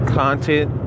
content